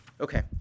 Okay